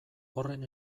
horren